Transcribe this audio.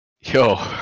yo